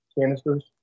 canisters